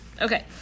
Okay